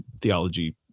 theology